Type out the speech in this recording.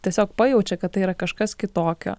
tiesiog pajaučia kad tai yra kažkas kitokio